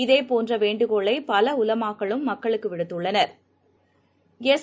இதேபோன்றவேண்டுகோளைபலஉலமாக்களும் மக்களுக்குவிடுத்துள்ளனா்